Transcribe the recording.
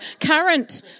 Current